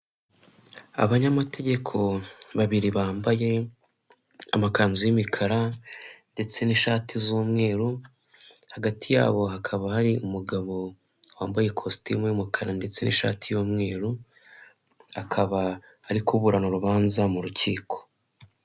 Abanyamategeko babiri bambaye amakanzu y'imikara ndetse n'ishati z'umweru hagati yabo hakaba hari umugabo wambaye ikositimu y'umukara ndetse n'ishati y'umweru akaba ari kuburana urubanza mu rukiko.